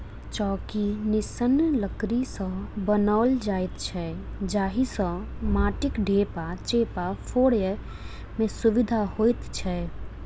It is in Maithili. चौकी निस्सन लकड़ी सॅ बनाओल जाइत छै जाहि सॅ माटिक ढेपा चेपा फोड़य मे सुविधा होइत छै